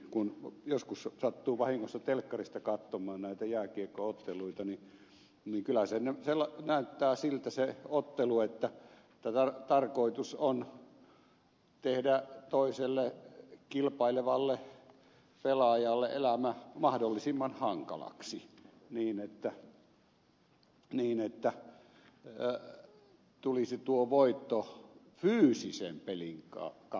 kun joskus sattuu vahingossa telkkarista katsomaan näitä jääkiekko otteluita niin kyllä se ottelu näyttää siltä että tarkoitus on tehdä toiselle kilpailevalle pelaajalle elämä mahdollisimman hankalaksi niin että tulisi tuo voitto fyysisen pelin kautta